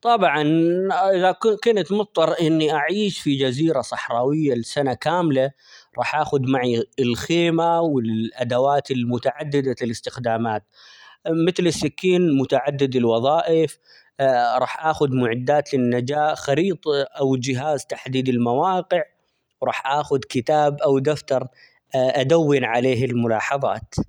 طبعًا إذا -كن- كنت مضطر إني أعيش في جزيرة صحراوية لسنة كاملة راح آخد معي الخيمة ،والأدوات المتعددة الاستخدامات ، متل السكين متعدد الوظائف راح آخد معدات للنجاة ،خريطة أو جهاز تحديد المواقع ،راح آخد كتاب أو دفتر أدون عليه الملاحظات.